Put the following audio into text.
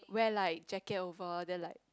wear like jacket over there like